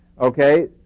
okay